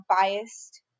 biased